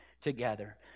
together